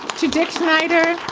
to dick schneider,